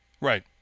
Right